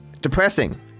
depressing